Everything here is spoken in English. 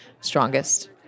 strongest